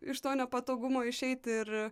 iš to nepatogumo išeit ir